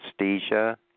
anesthesia